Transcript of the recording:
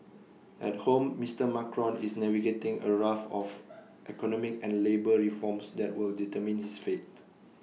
at home Mister Macron is navigating A raft of economic and labour reforms that will determine his fate